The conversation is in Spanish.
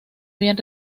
bien